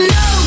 no